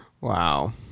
Wow